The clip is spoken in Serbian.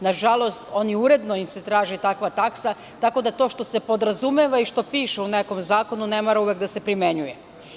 Nažalost, uredno im se traži takva taksa, tako da to što se podrazumeva i što piše u nekom zakonu, ne mora uvek da se primenjuje.